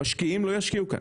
משקיעים לא ישקיעו כאן.